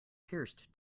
pierced